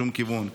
בשום כיוון.